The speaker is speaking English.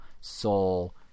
soul